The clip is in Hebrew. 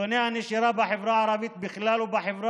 נתוני הנשירה בחברה הערבית בכלל ובחברה